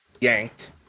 yanked